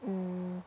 mm